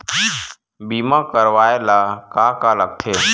बीमा करवाय ला का का लगथे?